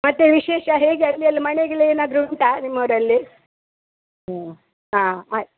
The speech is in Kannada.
ಮತ್ತು ವಿಶೇಷ ಹೇಗೆ ಅಲ್ಲಿ ಎಲ್ಲ ಮಳೆ ಗಿಳೆ ಏನಾದರೂ ಉಂಟಾ ನಿಮ್ಮ ಊರಲ್ಲಿ ಹ್ಞೂ ಹಾಂ ಆಯ್ತು